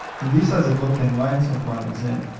and these are the top ten lines of one of them.